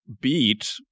beat